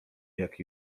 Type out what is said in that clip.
jak